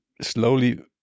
slowly